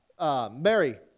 Mary